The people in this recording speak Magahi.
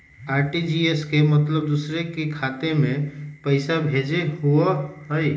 आर.टी.जी.एस के मतलब दूसरे के खाता में पईसा भेजे होअ हई?